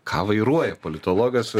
ką vairuoja politologas